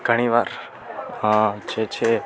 ઘણી વાર જે છે